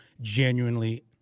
genuinely